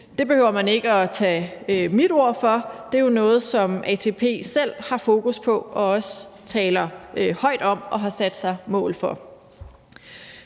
Det behøver man ikke tage mit ord for. Det er jo noget, som ATP selv har fokus på og også taler højt om og har sat sig mål for.